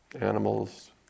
Animals